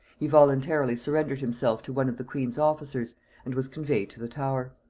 he voluntarily surrendered himself to one of the queen's officers and was conveyed to the tower.